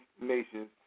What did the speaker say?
Nations